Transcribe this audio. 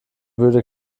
würde